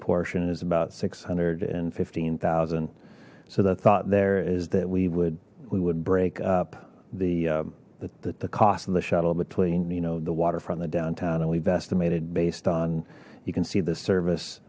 portion is about six hundred and fifteen thousand so the thought there is that we would we would break up the the cost of the shuttle between you know the waterfront of the downtown and we've estimated based on you can see the service